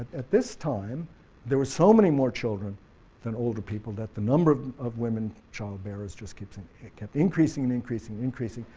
at this time there were so many more children than older people that the number of of women child bearers just kept and kept increasing and increasing, and increasing,